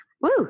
Woo